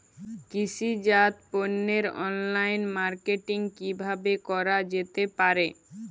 কৃষিজাত পণ্যের online marketing কিভাবে করা যেতে পারে?